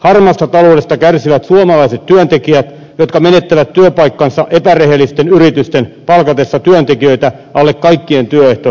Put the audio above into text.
harmaasta taloudesta kärsivät suomalaiset työntekijät jotka menettävät työpaikkansa epärehellisten yritysten palkatessa työntekijöitä alle kaikkien työehtosopimusten